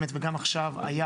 עכשיו,